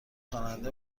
خواننده